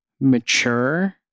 mature